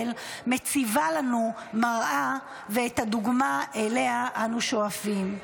מציבה לנו מראה ואת הדוגמה שאליה אנו שואפים: